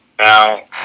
now